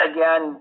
Again